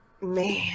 man